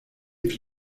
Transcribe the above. give